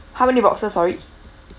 how many boxes sorry